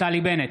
נפתלי בנט,